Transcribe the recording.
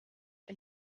ein